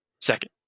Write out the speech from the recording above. second